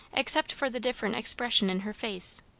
except for the different expression in her face.